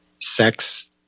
sex